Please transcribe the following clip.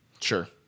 Sure